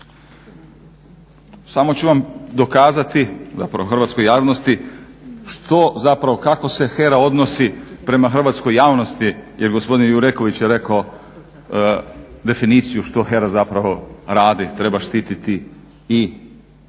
Samo ću vam dokazati, zapravo hrvatskoj javnosti što, zapravo kako se HERA odnosi prema hrvatskoj javnosti jer gospodin Jureković je rekao definiciju što HERA zapravo radi, treba štititi i energetske